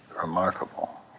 remarkable